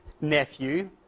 nephew